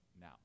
now